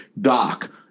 Doc